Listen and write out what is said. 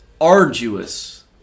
arduous